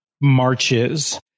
marches